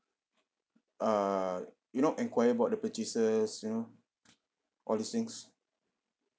err you know enquire about the purchases you know all these things